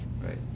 right